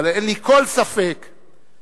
אבל אין לי כל ספק שבעתיד,